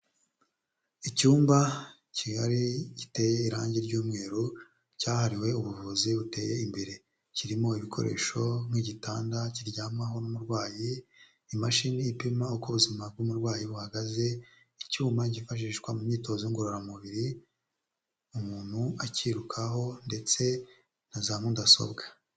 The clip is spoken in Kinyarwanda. Icyumba kigari giteye irangi ry'umweru cyahariwe ubuvuzi buteye imbere, kirimo ibikoresho nk'igitanda kiryamwaho n'umurwayi, imashini ipima uko ubuzima bw'umurwayi buhagaze icyuma cyifashishwa mu myitozo ngororamubiri umuntu akiyirukaho ndetse na za mudasobwa.